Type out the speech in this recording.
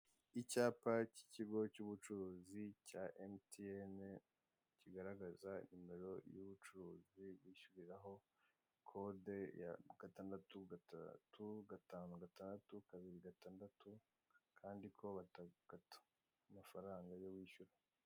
Icyapa cy'ikigo cy'ubucuruzi cya emutiyeni (MTN) kigaragaza nimero y'ubucuruzi bishyuriraho, kode ya 635626 kandi ko badakata amafanga yo bishyura.